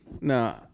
No